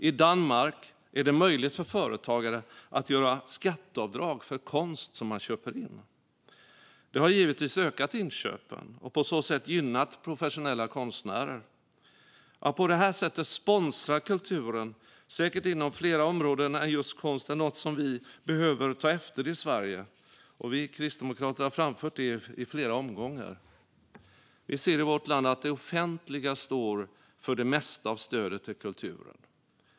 I Danmark är det möjligt för företagare att göra skatteavdrag för konst som de köper in. Det har givetvis ökat inköpen och på så sätt gynnat professionella konstnärer. Att på detta sätt sponsra kulturen, och säkert inom flera områden än just konst, är något som vi behöver ta efter i Sverige. Vi kristdemokrater har framfört det i flera omgångar. Vi ser i vårt land att det offentliga står för det mesta av stödet till kulturen.